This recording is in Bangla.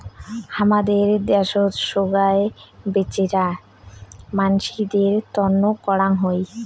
হামাদের দ্যাশোত সোগায় বেচেরা মানসিদের তন্ন করাং হই